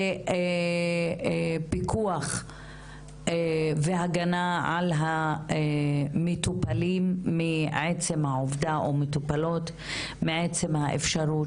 ופיקוח והגנה על המטופלים או מטופלות מעצם האפשרות